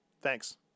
Thanks